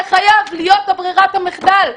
זה חייב להיות ברירת המחדל.